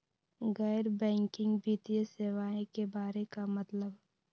गैर बैंकिंग वित्तीय सेवाए के बारे का मतलब?